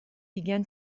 began